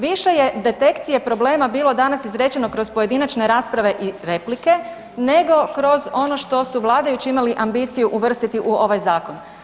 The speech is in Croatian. Više je detekcije problema bilo danas izrečeno kroz pojedinačne rasprave i replike nego kroz ono što su vladajući imali ambiciju imali uvrstiti u ovoj zakon.